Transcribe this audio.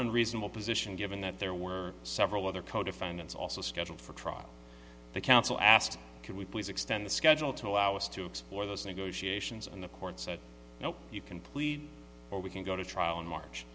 unreasonable position given that there were several other co defendants also scheduled for trial the counsel asked could we please extend the schedule to allow us to explore those negotiations in the court said no you can plead or we can go to trial in march